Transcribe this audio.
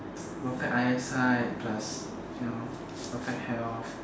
perfect eyesight plus you know perfect health